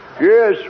Yes